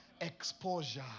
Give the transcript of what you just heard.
Exposure